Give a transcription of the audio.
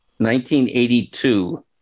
1982